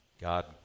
God